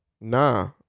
nah